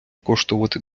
коштувати